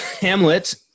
Hamlet